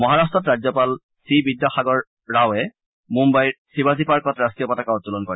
মহাৰাট্টত ৰাজ্যপাল চি বিদ্যাসাগৰ ৰাওৱে মুন্নাইৰ চিবাজী পাৰ্কত ৰাট্টীয় পতাকা উত্তোলন কৰে